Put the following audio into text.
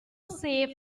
safe